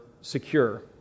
secure